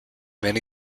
many